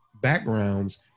backgrounds